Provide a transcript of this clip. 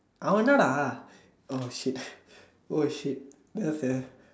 I wonder lah oh shit oh shit that was a